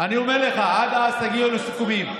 אני אומר לך שעד אז תגיעו לסיכומים.